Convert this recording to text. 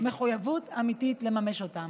מחויבות אמיתית לממש אותם.